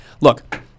look